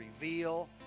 reveal